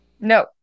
No